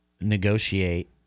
negotiate